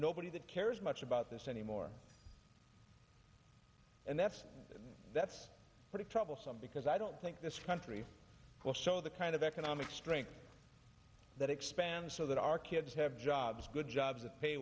nobody that cares much about this anymore and that's that's pretty troublesome because i don't think this country will show the kind of economic strength that expands so that our kids have jobs good jobs that pay